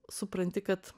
supranti kad